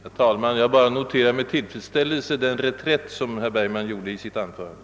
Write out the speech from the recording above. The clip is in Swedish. Herr talman! Jag noterar med tillfredsställelse den reträtt som herr Bergman gjorde i sitt anförande.